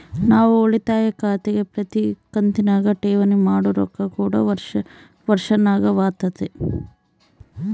ನಾವು ಉಳಿತಾಯ ಖಾತೆಗೆ ಪ್ರತಿ ಕಂತಿನಗ ಠೇವಣಿ ಮಾಡೊ ರೊಕ್ಕ ಕೂಡ ವರ್ಷಾಶನವಾತತೆ